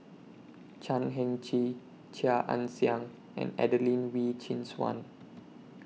Chan Heng Chee Chia Ann Siang and Adelene Wee Chin Suan